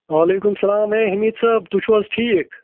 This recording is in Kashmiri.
وعلیکُم السلام اے حمیٖد صٲب تُہۍ چھُو حظ ٹھیٖک